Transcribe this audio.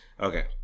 Okay